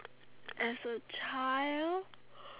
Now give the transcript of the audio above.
as a child